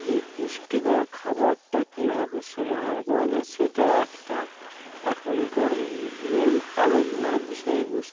এই পুষ্টিকর খাবারটা কীভাবে সমাধান করা যায় সেটা একটা এখনকার মূল আলোচনার বিষয়বস্তু